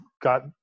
got –